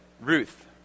Ruth